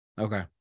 Okay